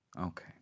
Okay